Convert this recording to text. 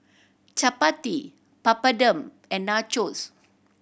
Chapati Papadum and Nachos